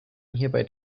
hierbei